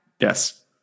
Yes